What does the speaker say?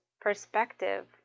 Perspective